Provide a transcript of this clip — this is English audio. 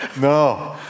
No